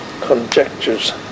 Conjectures